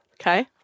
okay